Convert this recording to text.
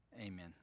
Amen